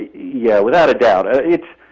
yeah, without a doubt. ah it's,